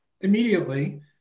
immediately